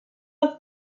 als